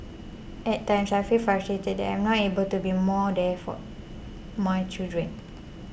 at times I feel frustrated that I am not able to be more there for my children